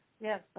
Yes